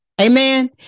Amen